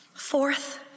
Fourth